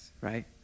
right